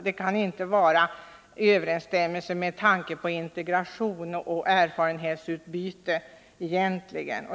Det kan inte vara i överensstämmelse med tanken på integration och erfarenhetsutbyte.